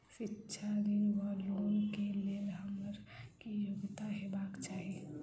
शिक्षा ऋण वा लोन केँ लेल हम्मर की योग्यता हेबाक चाहि?